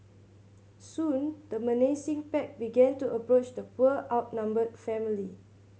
soon the menacing pack began to approach the poor outnumbered family